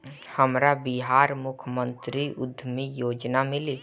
हमरा बिहार मुख्यमंत्री उद्यमी योजना मिली?